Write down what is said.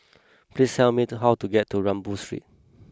please tell me to how to get to Rambau Street